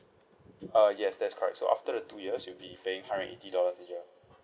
uh yes that's correct so after the two years you'll be paying hundred eighty dollars a year